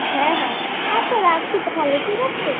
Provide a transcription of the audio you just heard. হ্যাঁ হ্যাঁ আচ্ছা রাখছি তাহালে ঠিক আছে